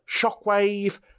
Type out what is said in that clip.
Shockwave